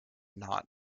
not